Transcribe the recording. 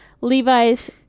Levi's